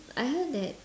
I heard that